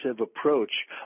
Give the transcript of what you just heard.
approach